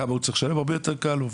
כמה הוא צריך לשלם הרבה יותר קל לו.